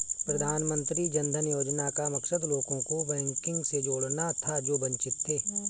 प्रधानमंत्री जन धन योजना का मकसद लोगों को बैंकिंग से जोड़ना था जो वंचित थे